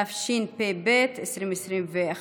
התשפ"ב 2021,